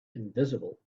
invisible